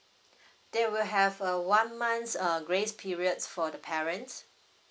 they will have a one month uh grace period for the parents